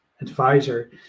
advisor